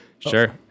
sure